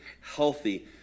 healthy